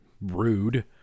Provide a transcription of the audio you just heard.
Rude